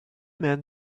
men